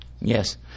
Yes